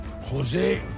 Jose